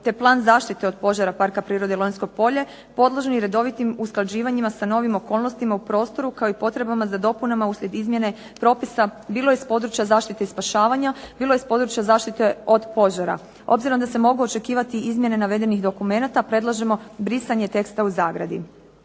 te plan zaštite od požara Parka prirode Lonjsko polje podložni redovitim usklađivanjima sa novim okolnostima u prostoru, kao i potrebama za dopunama uslijed izmjene propisa, bilo iz područja zaštite i spašavanja, bilo iz područja zaštite od požara. Obzirom da se mogu očekivati izmjene navedenih dokumenata, predlažemo brisanje teksta u zagradi.